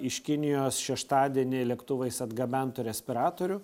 iš kinijos šeštadienį lėktuvais atgabentų respiratorių